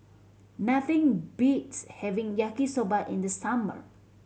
nothing beats having Yaki Soba in the summer